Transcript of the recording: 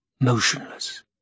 motionless